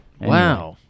Wow